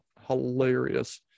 hilarious